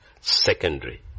secondary